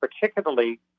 Particularly